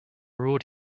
ruled